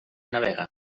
navega